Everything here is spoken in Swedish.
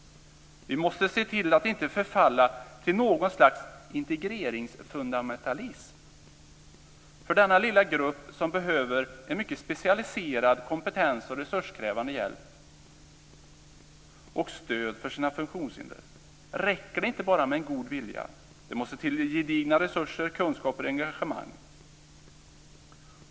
Vi måste se till att inte förfalla till något slags integreringsfundamentalism. För denna lilla grupp som behöver en mycket specialiserad kompetens och resurskrävande hjälp och stöd för sina funktionshinder räcker det inte bara med en god vilja. Det måste till gedigna resurser, kunskaper och engagemang.